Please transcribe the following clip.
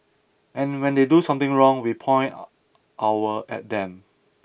and when they do something wrong we point our at them